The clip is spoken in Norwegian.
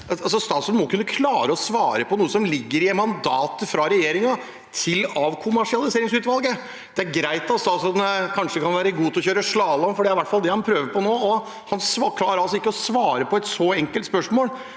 Statsråden må kunne klare å svare på noe som ligger i mandatet fra regjeringen til avkommersialiseringsutvalget. Det er greit at statsråden kanskje kan være god til å kjøre slalåm – det er i hvert fall det han prøver på nå – men han klarer altså ikke å svare på et så enkelt spørsmål.